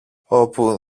όπου